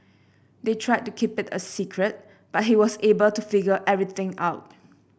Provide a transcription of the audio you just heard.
they tried to keep it a secret but he was able to figure everything out